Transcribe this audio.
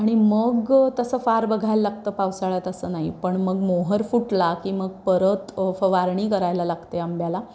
आणि मग तसं फार बघायला लागतं पावसाळ्यात असं नाही पण मग मोहोर फुटला की मग परत फवारणी करायला लागते आंब्याला